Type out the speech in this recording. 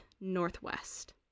northwest